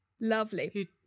lovely